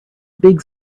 big